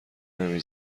نمی